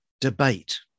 debate